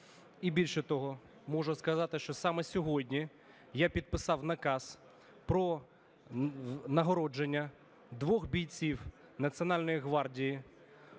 І, більше того, можу сказати, що саме сьогодні я підписав наказ про нагородження двох бійців Національної гвардії: